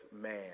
man